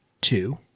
Two